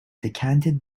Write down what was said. decanted